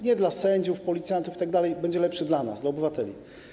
Nie dla sędziów, policjantów itd., będzie lepszy dla nas, dla obywateli.